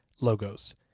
logos